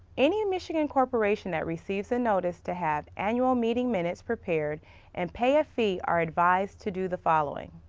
any and michigan corporation that receives a notice to have annual meeting minutes prepared and pay a fee are advised to do the following.